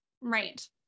Right